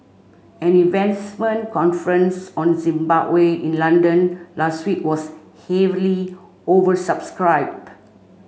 an investment conference on Zimbabwe in London last week was heavily oversubscribed